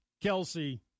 Kelsey